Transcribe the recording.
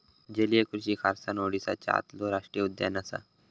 जलीय कृषि खारसाण ओडीसाच्या आतलो राष्टीय उद्यान असा